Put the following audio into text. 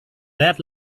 that